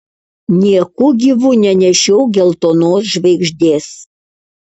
nieku gyvu nenešiok geltonos žvaigždės